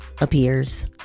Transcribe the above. appears